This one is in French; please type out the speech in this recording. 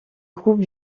groupe